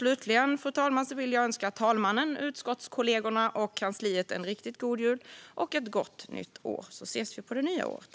Slutligen, fru talman, vill jag önska talmannen, utskottskollegorna och kansliet en riktigt god jul och ett gott nytt år. Vi ses på det nya året!